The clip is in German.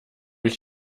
ich